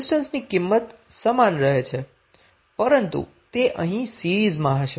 રેઝિસ્ટન્સની કિંમત સમાન રહે છે પરંતુ તે અહીં સીરીઝમાં હશે